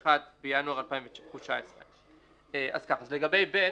(31 בינואר 2019)."." (ג)